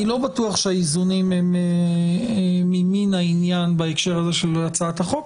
אני לא בטוח שהאיזונים הם ממין העניין בהקשר הזה של הצעת החוק.